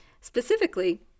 Specifically